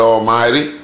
Almighty